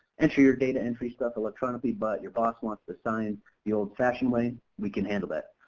enter your data entry stuff electronically but your boss wants to sign the old fashion way, we can handle that.